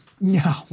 No